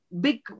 big